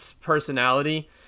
personality